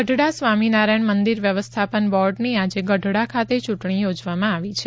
ગઢડા સ્વામીનારાયણ મંદિર વ્યવસ્થાપન બોર્ડની આજે ગઢડા ખાતે ચૂંટણી યોજવામાં આવી છે